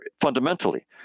fundamentally